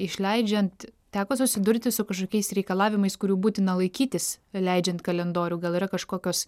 išleidžiant teko susidurti su kažkokiais reikalavimais kurių būtina laikytis leidžiant kalendorių gal yra kažkokios